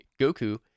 goku